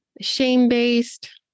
shame-based